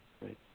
Right